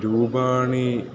रूपाणि